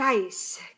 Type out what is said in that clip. guys